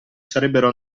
sarebbero